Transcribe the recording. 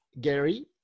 Gary